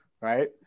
right